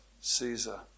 Caesar